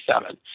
seven